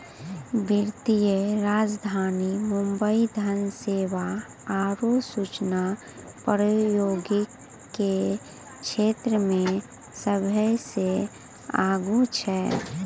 वित्तीय राजधानी मुंबई धन सेवा आरु सूचना प्रौद्योगिकी के क्षेत्रमे सभ्भे से आगू छै